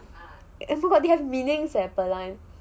I forgot they have meanings eh per line